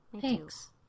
thanks